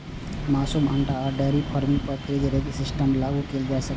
मासु, अंडा आ डेयरी फार्मिंग पर फ्री रेंज सिस्टम लागू कैल जा सकै छै